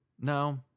No